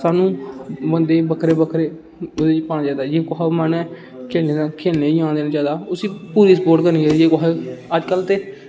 साह्ने बंदें गी बक्खरे बक्खरे पाना चाहिदा जियां कोहा दा मन ऐ खेलने दा खेलने गी जान देना चाहिदा उसी पूरी स्पोर्ट करनी चाहिदी जे कोहा अज्ज कल्ल ते